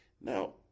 Now